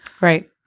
Right